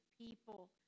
people